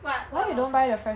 what what was